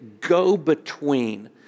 go-between